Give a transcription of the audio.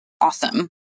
awesome